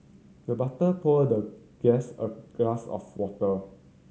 the butler poured the guest a glass of water